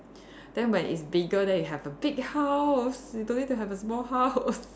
then when it's bigger then you have a big house you don't need to have a small house